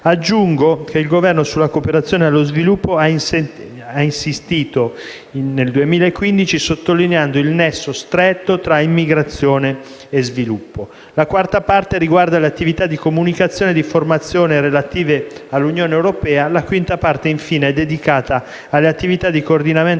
Aggiungo che il Governo, sulla cooperazione allo sviluppo, ha insistito nel 2015 sottolineando il nesso stretto tra immigrazione e sviluppo. La quarta parte riguarda l'attività di comunicazione e di formazione relative all'Unione europea e la quinta parte è infine dedicata alle attività di coordinamento